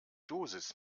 dosis